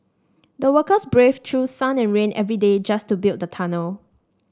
the workers braved through sun and rain every day just to build the tunnel